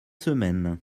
semaines